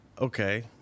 Okay